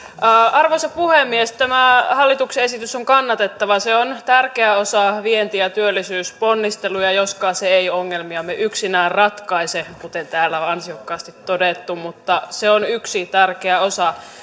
arvoisa puhemies tämä hallituksen esitys on kannatettava se on tärkeä osa vientiä ja työllisyysponnisteluja joskaan se ei ongelmiamme yksinään ratkaise kuten täällä on ansiokkaasti todettu mutta se on yksi tärkeä osa